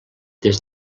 des